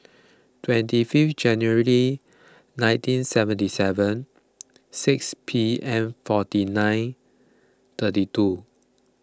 twenty five January nineteen seventy seven six P M forty nine thirty two